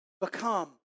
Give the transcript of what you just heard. become